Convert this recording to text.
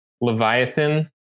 Leviathan